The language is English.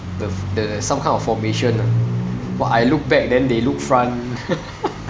the the some kind of formation ah what I look back then they look front